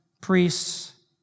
priests